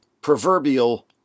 proverbial